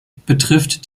betrifft